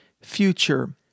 future